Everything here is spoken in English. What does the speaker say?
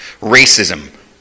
Racism